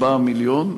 4 מיליון.